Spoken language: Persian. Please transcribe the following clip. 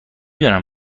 دونم